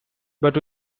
but